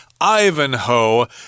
Ivanhoe